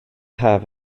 haf